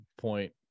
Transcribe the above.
point